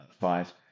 five